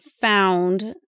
found